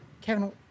Kevin